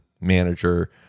manager